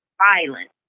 violence